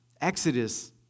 Exodus